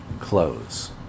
close